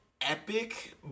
epic